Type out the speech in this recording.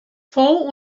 fou